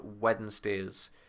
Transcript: Wednesdays